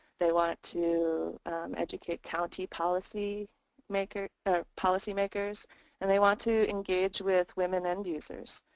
they want to educate county policy makers ah policy makers and they want to engage with women end users.